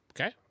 okay